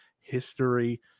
history